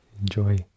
Enjoy